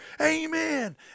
Amen